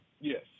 Yes